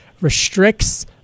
restricts